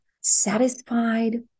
satisfied